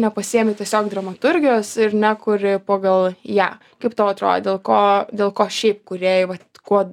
nepasiėmi tiesiog dramaturgijos ir ne kuri pagal ją kaip tau atrodo dėl ko dėl ko šiaip kūrėjai vat kuo